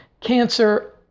cancer